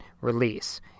release